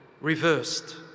reversed